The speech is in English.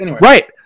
right